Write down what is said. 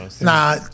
nah